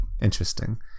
Interesting